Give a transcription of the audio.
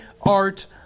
art